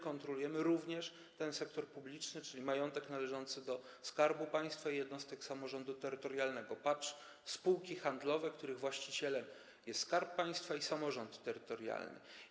Kontrolujemy również sektor publiczny, czyli majątek należący do Skarbu Państwa i jednostek samorządu terytorialnego, w tym również spółki handlowe, których właścicielem jest Skarb Państwa i samorząd terytorialny.